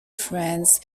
friends